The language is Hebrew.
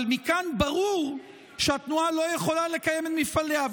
אבל מכאן ברור שהתנועה לא יכולה לקיים את מפעליה.